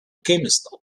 chemist